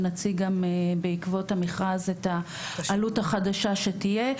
ונציג גם בעקבות המכרז את העלות החדשה שתהיה.